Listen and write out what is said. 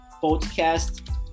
podcast